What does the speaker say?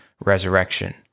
resurrection